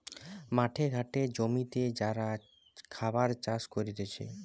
মাঠে ঘাটে জমিতে যারা খাবার চাষ করতিছে